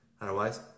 Otherwise